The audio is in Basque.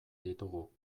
ditugu